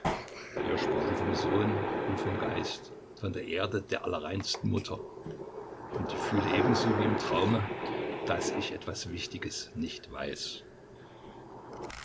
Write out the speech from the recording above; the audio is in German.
wir sprachen vom sohn und vom geist von der erde der allerreinsten mutter und ich fühle ebenso wie im traume daß ich etwas wichtiges nicht weiß